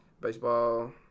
Baseball